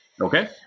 Okay